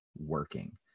working